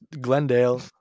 Glendale